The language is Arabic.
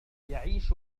يعيش